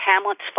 Hamlet's